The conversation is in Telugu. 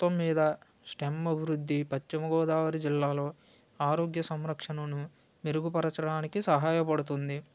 మొత్తం మీద స్టెమ్ అభివృద్ధి పచ్చిమ గోదావరి జిల్లాలో ఆరోగ్య సంరక్షణను మెరుగుపరచడానికి సహాయపడుతుంది